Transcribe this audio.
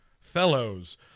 fellows